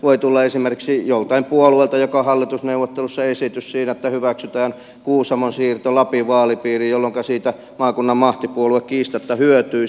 voi tulla esimerkiksi joltakin puolueelta joka hallitusneuvottelussa esitys siitä että hyväksytään kuusamon siirto lapin vaalipiiriin jolloinka siitä maakunnan mahtipuolue kiistatta hyötyisi